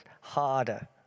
harder